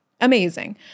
Amazing